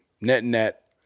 Net-net